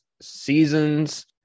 seasons